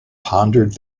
pondered